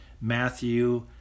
Matthew